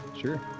sure